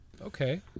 Okay